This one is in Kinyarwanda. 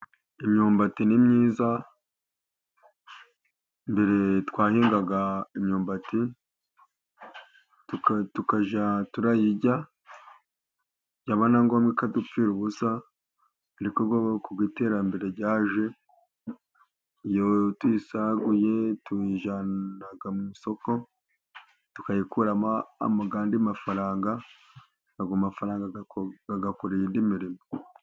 Imyumbati ni myiza. Mbere twahingaga imyumbati tukajya turayirya, byaba na ngombwa ikadupfira ubusa. Ariko kuko iterambere ryaje, iyo tuyiguye tuyijyana ku isoko, tukayikuramo ayandi mafaranga. Ayo mafaranga akora indi mirimo.